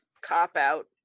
cop-out